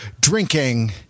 drinking